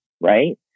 right